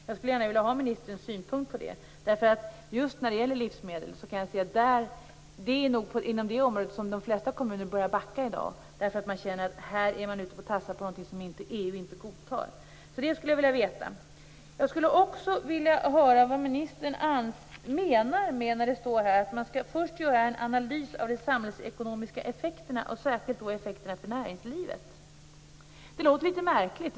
Jag skulle gärna vilja ha ministerns synpunkt på det, därför att just när det gäller livsmedel kan jag se att det nog är inom detta område som de flesta kommuner börjar backa i dag därför att de känner att de i detta sammanhang är ute och tassar på något som EU inte godtar. Det skulle jag alltså vilja veta. Jag skulle också vilja höra vad ministern menar med det som står i svaret om att man först skall göra en analys av de samhällsekonomiska effekterna, och särskilt då effekterna för näringslivet. Det låter lite märkligt.